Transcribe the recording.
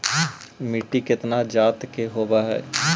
मिट्टी कितना जात के होब हय?